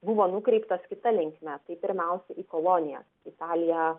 buvo nukreiptas kita linkme tai pirmiausia į kolonijas italija